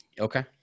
Okay